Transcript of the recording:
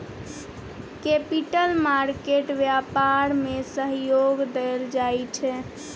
capital market व्यापार में सहयोग देल जाइ छै